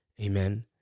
Amen